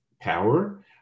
power